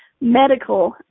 medical